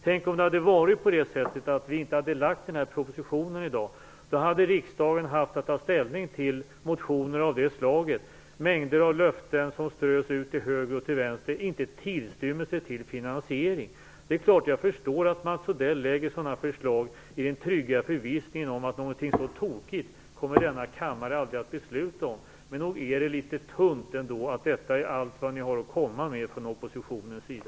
Tänk om vi inte hade lagt fram den här propositionen i dag! Då hade riksdagen haft att ta ställning till motioner av det slaget, med mängder av löften som strös ut till höger och till vänster, utan en tillstymmelse till finansiering. Jag förstår att Mats Odell lägger fram sådana förslag, i den trygga förvissningen om att denna kammare aldrig kommer att besluta om någonting så tokigt. Men nog är det litet tunt, om detta är allt vad ni har att komma med från oppositionens sida.